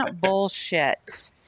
bullshit